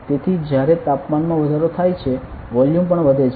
તેથી જ્યારે તાપમાનમાં વધારો થાય છે વોલ્યુમ પણ વધે છે